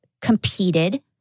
competed